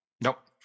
Nope